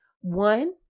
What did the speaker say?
One